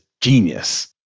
genius